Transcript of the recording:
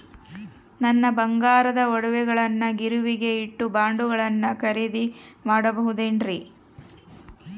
ನನ್ನ ಬಂಗಾರದ ಒಡವೆಗಳನ್ನ ಗಿರಿವಿಗೆ ಇಟ್ಟು ಬಾಂಡುಗಳನ್ನ ಖರೇದಿ ಮಾಡಬಹುದೇನ್ರಿ?